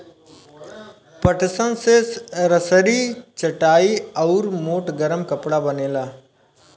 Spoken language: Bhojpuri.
पटसन से रसरी, चटाई आउर मोट गरम कपड़ा बनेला